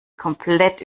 komplett